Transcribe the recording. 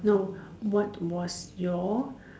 no what was your